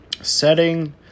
setting